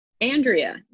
Andrea